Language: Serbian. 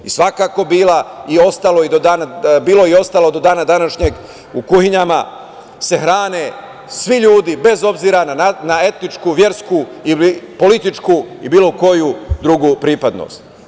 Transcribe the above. Svakako je bilo i ostalo do dana današnjeg, u kuhinjama se hrane svi ljudi, bez obzira na etničku, versku, političku ili bilo koju drugu pripadnost.